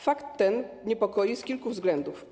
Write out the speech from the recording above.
Fakt ten niepokoi z kilku względów.